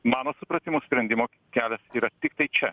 mano supratimu sprendimo kelias yra tiktai čia